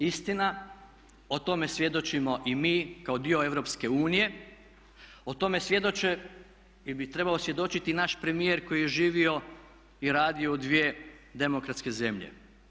To je istina, o tome svjedočimo i mi kao dio EU, o tome svjedoče ili bi trebao svjedočiti i naš premijer koji je živio i radio u dvije demokratske zemlje.